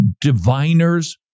diviners